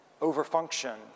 overfunction